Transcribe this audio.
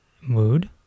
mood